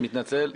מתנצל.